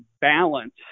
balance